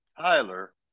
tyler